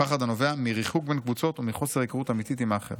פחד הנובע מריחוק בין קבוצות ומחוסר היכרות אמיתית עם האחר.